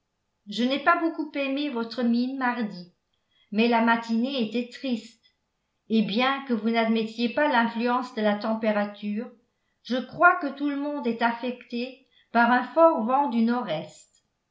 je n'ai pas beaucoup aimé votre mine mardi mais la matinée était triste et bien que vous n'admettiez pas l'influence de la température je crois que tout le monde est affecté par un fort vent du nord-est